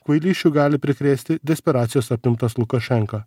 kvailysčių gali prikrėsti desperacijos apimtas lukašenka